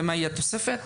ומהי התוספת.